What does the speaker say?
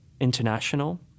international